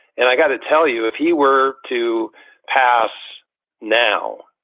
and i've got to tell you, if he were to pass now,